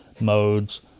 modes